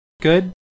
Good